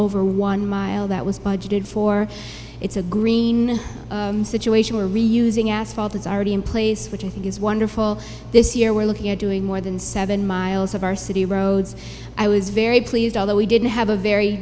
over one mile that was budgeted for it's a green situation where real using asphalt that's already in place which i think is wonderful this year we're looking at doing more than seven miles of our city roads i was very pleased although we didn't have a very